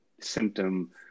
symptom